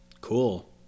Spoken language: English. Cool